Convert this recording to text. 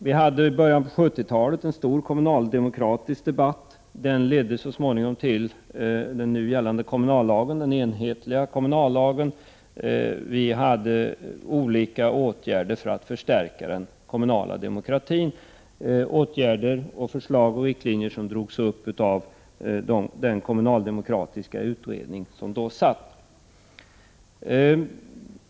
Vi hade i början på 70-talet en stor kommunaldemokratisk debatt. Den ledde så småningom fram till den nu gällande, enhetliga kommunallagen. Vi föreslog olika åtgärder för att förstärka den kommunala demokratin — åtgärder, förslag och riktlinjer som fördes fram av den kommunaldemokratiska utredning som då satt.